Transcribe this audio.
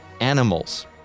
animals